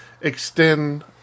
extend